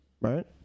right